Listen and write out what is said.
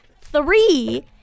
three